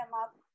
up